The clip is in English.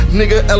nigga